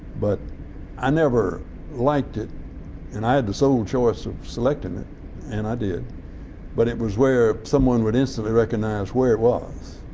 but i never liked it and i had the sole choice of selecting it and i did but it was where someone would instantly recognize where it was.